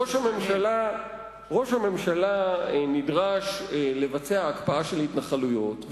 ראש הממשלה נדרש לבצע הקפאה של ההתנחלויות,